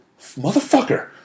motherfucker